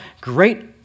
great